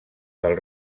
del